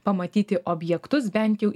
pamatyti objektus bent jau